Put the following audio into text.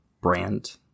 brand